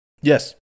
Yes